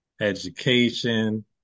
education